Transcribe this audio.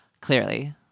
clearly